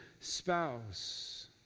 spouse